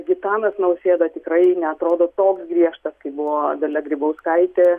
gitanas nausėda tikrai neatrodo toks griežtas kaip buvo dalia grybauskaitė